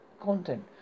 content